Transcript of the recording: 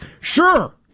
sure